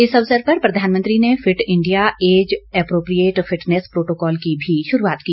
इस अवसर पर प्रधानमंत्री ने fit India age appropriate fitness protocol की भी शुरूआत की